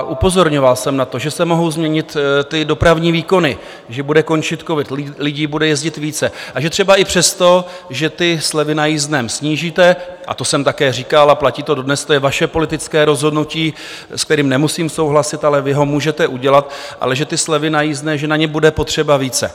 Upozorňoval jsem na to, že se mohou změnit dopravní výkony, že bude končit covid, lidí bude jezdit více, a že třeba, i přesto, že slevy na jízdném snížíte a to jsem také říkal a platí to dodnes, to je vaše politické rozhodnutí, s kterým nemusím souhlasit, ale vy ho můžete udělat že ty slevy na jízdné, že na ně bude potřeba více.